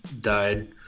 died